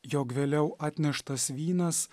jog vėliau atneštas vynas